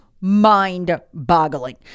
mind-boggling